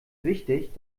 wichtig